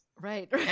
Right